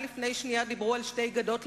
לפני שנייה דיברו על שתי גדות לירדן,